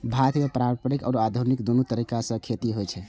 भारत मे पारंपरिक आ आधुनिक, दुनू तरीका सं खेती होइ छै